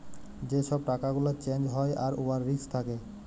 যে ছব টাকা গুলা চ্যাঞ্জ হ্যয় আর উয়ার রিস্ক থ্যাকে